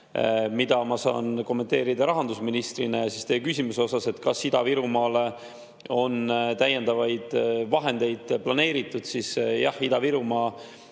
Ma saan kommenteerida rahandusministrina teie küsimuse kohta, kas Ida-Virumaale on täiendavaid vahendeid planeeritud, et jah, Ida-Virumaa